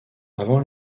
avant